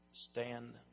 Stand